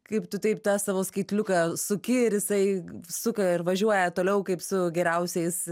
kaip tu taip tą savo skaitliuką suki ir jisai suka ir važiuoja toliau kaip su geriausiais